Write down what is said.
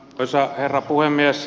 arvoisa herra puhemies